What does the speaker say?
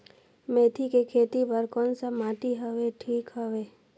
मेथी के खेती बार कोन सा माटी हवे ठीक हवे?